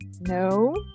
No